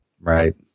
Right